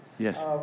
Yes